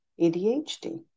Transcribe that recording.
ADHD